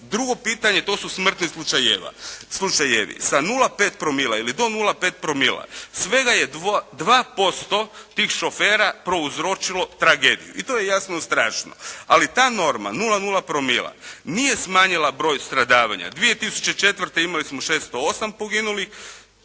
Drugo pitanje to su smrtni slučajevi. Sa 0,5 promila ili do 0,5 promila svega je 2% tih šofera prouzročilo tragediju i to je jasno strašno. Ali ta norma 0,0 promila nije smanjila broj stradavanja. 2004. imali smo 608 poginulih,